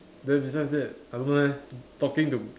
then this one is that I don't know leh talking to